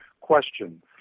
question